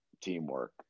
teamwork